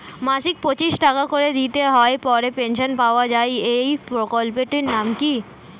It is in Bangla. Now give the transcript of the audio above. মাসিক পঁচিশ টাকা করে দিতে হয় পরে পেনশন পাওয়া যায় এই প্রকল্পে টির নাম কি?